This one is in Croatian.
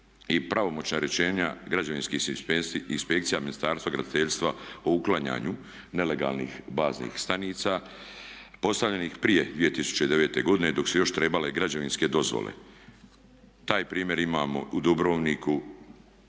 pravomoćna rješenja građevinskih inspekcija Ministarstva graditeljstva o uklanjanju nelegalnih baznih stanica postavljenih prije 2009. godine dok su još trebale građevinske dozvole. Taj primjer imamo u Dubrovniku,